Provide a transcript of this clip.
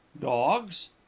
dogs